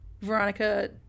Veronica